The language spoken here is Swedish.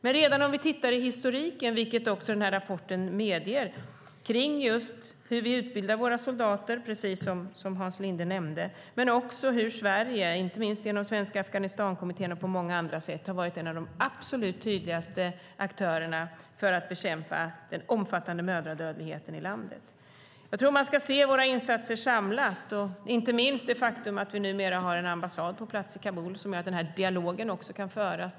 Men vi kan också titta i historiken, vilket rapporten också medger, kring just hur vi utbildar våra soldater, som Hans Linde nämnde, men också hur Sverige, inte minst genom Svenska Afghanistankommittén och på många andra sätt, har varit en av de absolut tydligaste aktörerna för att bekämpa den omfattande mödradödligheten i landet. Jag tror att man ska se våra insatser samlat. Vi har inte minst det faktum att vi numera har en ambassad på plats i Kabul som gör att dialogen kan föras.